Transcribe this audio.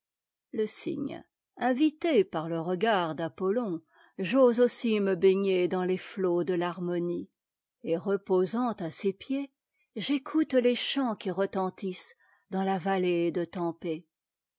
le cygne invité par ie regard d'apollon j'ose aussi me baigner dans les flots de l'harmonie et reposant à ses pieds j'écoute les chants qui retentissent dans ta va iée de